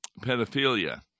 pedophilia